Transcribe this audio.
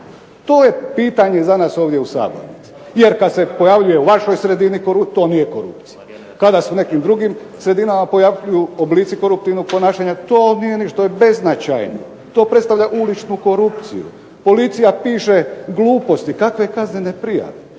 To je pitanje za nas ovdje u sabornici. Jer kad se pojavljuje u vašoj sredini to nije korupcija, kada se u nekim drugim sredinama pojavljuju oblici koruptivnog ponašanja to nije ništa, to je beznačajno. To predstavlja uličnu korupciju. Policija piše gluposti, kakve kaznene prijave.